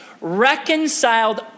reconciled